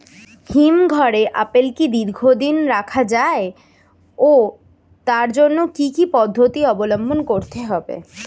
হিমঘরে আপেল কি দীর্ঘদিন রাখা যায় ও তার জন্য কি কি পদ্ধতি অবলম্বন করতে হবে?